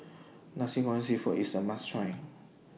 Nasi Goreng Seafood IS A must Try